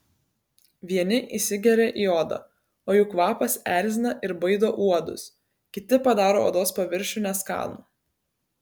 vieni įsigeria į odą o jų kvapas erzina ir baido uodus kiti padaro odos paviršių neskanų